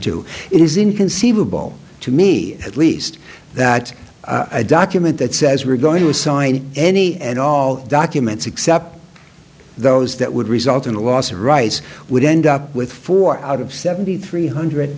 it is inconceivable to me at least that a document that says we're going to assign any and all documents except those that would result in a loss of rights would end up with four out of seventy three hundred